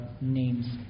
Names